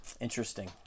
Interesting